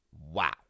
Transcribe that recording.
Wow